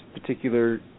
particular